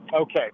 Okay